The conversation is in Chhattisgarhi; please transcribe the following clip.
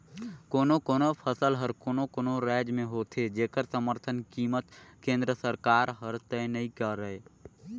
कोनो कोनो फसल हर कोनो कोनो रायज में होथे जेखर समरथन कीमत केंद्र सरकार हर तय नइ करय